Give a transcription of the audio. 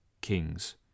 kings